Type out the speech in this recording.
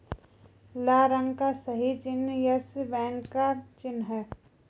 लाल रंग का सही चिन्ह यस बैंक का चिन्ह है